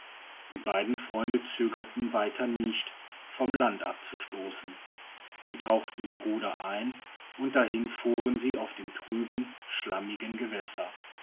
die beiden freunde zögerten weiter nicht vom lande abzustoßen sie tauchten die ruder ein und dahin fuhren sie auf dem trüben schlammigen gewässer